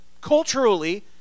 Culturally